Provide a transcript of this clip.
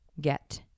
get